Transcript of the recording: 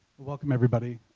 welcome everybody.